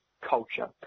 culture